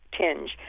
tinge